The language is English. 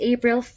April